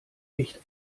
echt